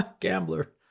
Gambler